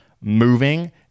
moving